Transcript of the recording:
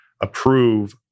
approve